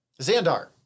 Xandar